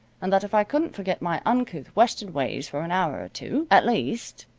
and that if i couldn't forget my uncouth western ways for an hour or two, at least,